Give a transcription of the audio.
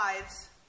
lives